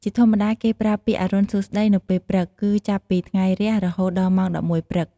ជាធម្មតា គេប្រើពាក្យ "អរុណសួស្តី" នៅពេលព្រឹក គឺចាប់ពីថ្ងៃរះរហូតដល់ម៉ោង១១ព្រឹក។